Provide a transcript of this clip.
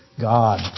God